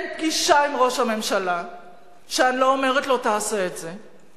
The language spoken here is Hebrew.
אין פגישה עם ראש הממשלה שאני לא אומרת לו: תעשה את זה,